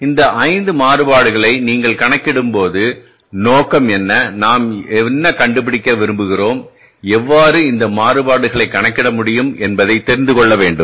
எனவே இந்த 5 மாறுபாடுகளை நீங்கள் கணக்கிடும்போது நோக்கம் என்ன நாம் என்ன கண்டுபிடிக்க விரும்புகிறோம்எவ்வாறு இந்த மாறுபாடுகளைகணக்கிட முடியும் என்பதை தெரிந்துகொள்ள வேண்டும்